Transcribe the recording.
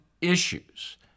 issues